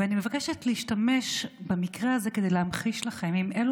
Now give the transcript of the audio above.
ואני מבקשת להשתמש במקרה הזה כדי להמחיש לכם עם אילו